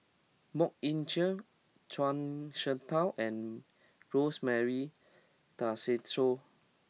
Mok Ying Jang Zhuang Shengtao and Rosemary Tessensohn